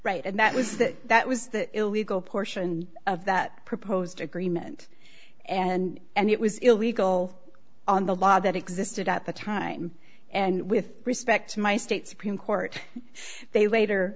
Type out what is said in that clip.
right and that was that that was the illegal portion of that proposed agreement and and it was illegal on the law that existed at the time and with respect to my state supreme court they later